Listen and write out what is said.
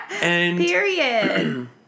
Period